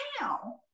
now